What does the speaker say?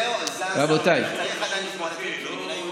מדינה יהודית,